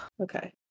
Okay